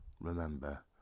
remember